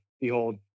behold